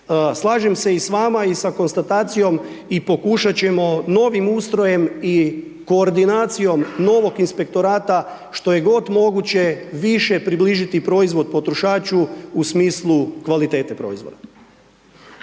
Slažem se i s vama i sa konstatacijom i pokušat ćemo novim ustrojem i koordinacijom novog inspektorata što je god moguće više približiti proizvod potrošaču u smislu kvalitete proizvoda.